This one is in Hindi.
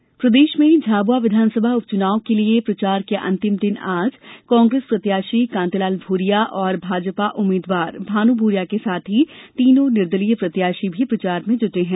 उपचुनाव प्रचार प्रदेश में झाबुआ विधानसभा उप चुनाव के लिए भी प्रचार के अंतिम दिन आज कांग्रेस प्रत्याशी कांतिलाल भूरिया और भाजपा उम्मीद्वार भानु भूरिया के साथ ही तीनों निर्दलीय प्रत्याशी भी प्रचार में जुटे है